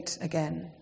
again